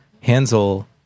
Hansel